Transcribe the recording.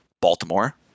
Baltimore